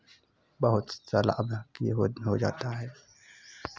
बहुत सा लाभ है ये हो हो जाता है